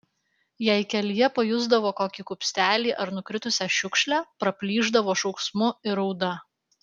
jei kelyje pajusdavo kokį kupstelį ar nukritusią šiukšlę praplyšdavo šauksmu ir rauda